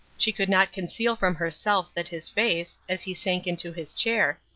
she could not conceal from herself that his face, as he sank into his chair,